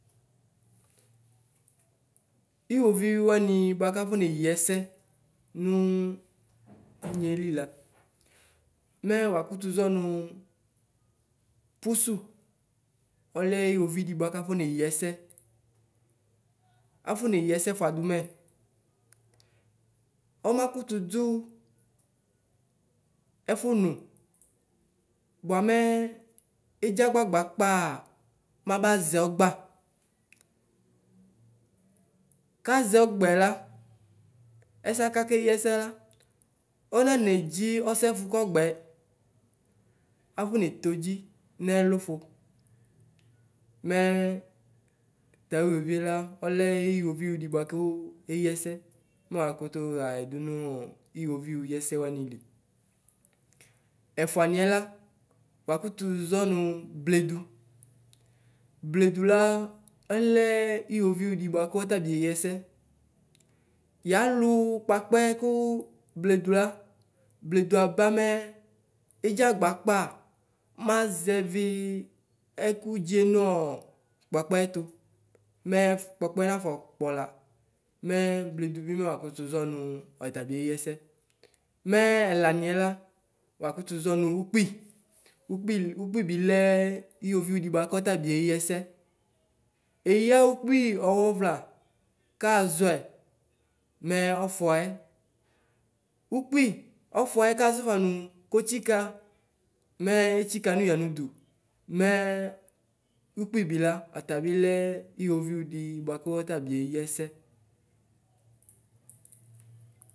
Iwʋviʋ wani bʋakʋ afɔ neyi ɛsɛ nʋ tinyelila mɛ wakʋtʋ zɔnʋ pʋsʋ ɔlɛ iwoviʋ di bʋakʋ akɔ neyi ɛsɛ, afɔneyi ɛsɛ fʋadʋ mɛ, ɔma kʋtʋ dʋ ofʋnʋ, bʋamɛ edzagbagba pka mɛ abazɛ ɔgba. Kazɛ ɔgbɛ la ɛsɛ akakʋ eyi ɛsɛ la ɔnane dzi ɔsɛfʋ kɔgbɛ afɔnetɔdzi nɛlʋ fʋ, mɛ tawe bila ɔlɛ iwoviʋ di bʋakʋ ayi ɛsɛ mɛ wakʋtʋ ɣayi dʋnʋ iwoviʋ yiɛsɛ wanili; ɛfʋaniɛ la wakʋtʋ zɔnʋ bledʋ, bledʋ la ɔlɛ iwoviʋ di bʋakʋ ɔtabi eyi ɛsɛ yalʋ kpakpɛ kʋ bledʋ la, bledʋ aba mɛ edzagba kpa mazɛvi ɛkʋdzi nɔ kpɔkpetʋ, mɛ kpɔkpe nafɔ kpɔla mɛ bledʋbi mɛ wakutu zɔnʋ ɔtabi eyi ɛsɛ, mɛ ɛlaniɛ la wakʋtʋ zɔnʋ ʋkpi, ʋkpibilɛ iwoviʋ dibvakʋ ɔtabi eyi ɛsɛ, eya ukpi ɔwɔ vla kazɔɛ, mɛ ɔfʋayɛ, ukpi ɔfʋɛ kazɔ fanʋnʋ kotsika, mɛ etsika nʋ yanidʋ mɛ ukpibi la ɔtabi lɛ iwoviʋdi bʋakʋ ɔtabi eylɛsɛ.